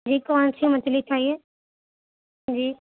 جی کون سی مچھلی چاہیے جی